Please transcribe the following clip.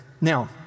Now